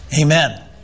Amen